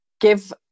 give